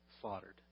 slaughtered